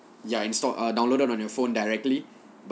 ya installed err downloaded on your phone directly